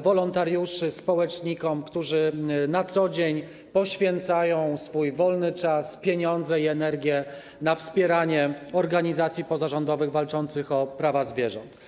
wolontariuszy, społecznikom, którzy na co dzień poświęcają swój wolny czas, pieniądze i energię na wspieranie organizacji pozarządowych walczących o prawa zwierząt.